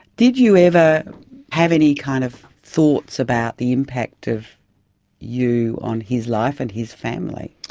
did you ever have any kind of thoughts about the impact of you on his life and his family?